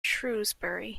shrewsbury